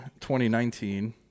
2019